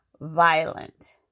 violent